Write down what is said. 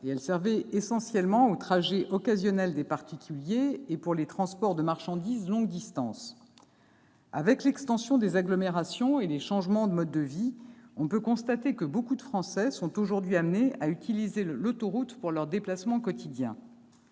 elles servaient essentiellement aux trajets occasionnels des particuliers et au transport de marchandises sur de longues distances. Or, du fait de l'extension des agglomérations et des changements des modes de vie, on constate que beaucoup de Français sont aujourd'hui amenés à utiliser l'autoroute pour leurs déplacements quotidiens.